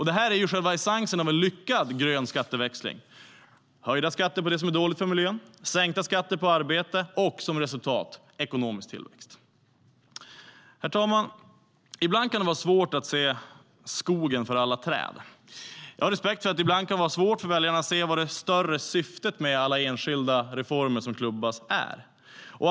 Det är själva essensen av en lyckad grön skatteväxling, det vill säga höjda skatter på det som är dåligt för miljön, sänkta skatter på arbete - och som resultat ekonomisk tillväxt. Herr talman! Ibland är det svårt att se skogen för alla träden. Jag har respekt för att det ibland kan vara svårt för väljarna att se vad det större syftet är med alla de enskilda reformer som klubbas.